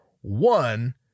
One